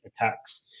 attacks